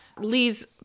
Lee's